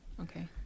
Okay